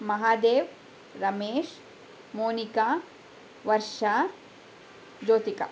Mahadev Ramesh Monika Varsha Jyothika